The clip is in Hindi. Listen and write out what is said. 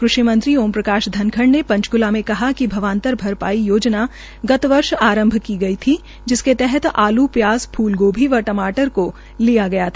कृषि मंत्री ओम प्रकाश धनखड़ ने पंचक्ला में कहा कि भावांतर भरपाई योजना गत वर्ष आरंभ की थी जिसके तहत आलू प्याज फूल गोभी व टमाटर के लिया गया था